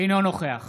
אינו נוכח